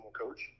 coach